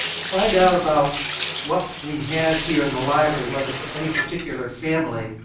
to find out about what we have here in the library whether for any particular family,